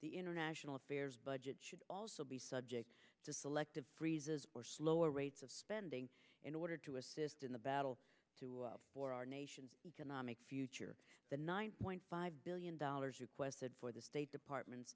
the international affairs budget should also be subject to selective breezes or slower rates of spending in order to assist in the battle for our nation's economic future the nine point five billion dollars requested for the state department